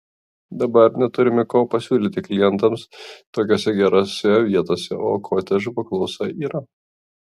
dabar neturime ko pasiūlyti klientams tokiose gerose vietose o kotedžų paklausa yra